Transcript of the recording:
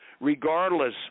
regardless